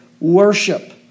worship